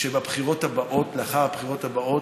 שבבחירות הבאות, לאחר הבחירות הבאות,